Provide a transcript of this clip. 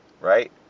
right